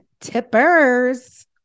tippers